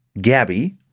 Gabby